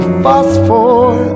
phosphor